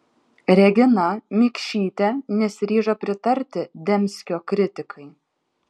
regina mikšytė nesiryžo pritarti dembskio kritikai